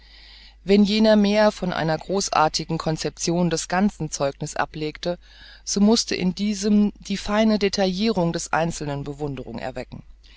wenn jener mehr von einer großartigen conception des ganzen zeugniß ablegte so mußte in diesem die feine detaillirung des einzelnen bewunderung erwecken